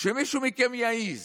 שמישהו מכם יעז.